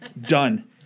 Done